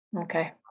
Okay